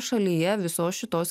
šalyje visos šitos